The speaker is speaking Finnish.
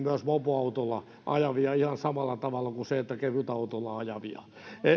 mopoautolla ajavia ihan samalla tavalla kuin kevytautolla ajavia